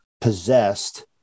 possessed